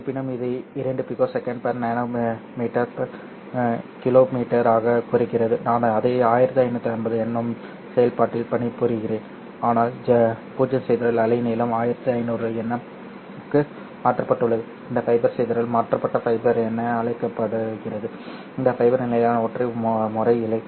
இருப்பினும் இது 2ps nm km ஆக குறைகிறது நான் அதே 1550 nm செயல்பாட்டில் பணிபுரிகிறேன் ஆனால் 0 சிதறல் அலைநீளம் 1500 nm க்கு மாற்றப்பட்டுள்ளது இந்த ஃபைபர் சிதறல் மாற்றப்பட்ட ஃபைபர் என அழைக்கப்படுகிறது இந்த ஃபைபர் நிலையான ஒற்றை முறை இழை